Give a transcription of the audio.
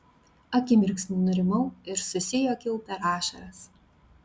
akimirksniu nurimau ir susijuokiau per ašaras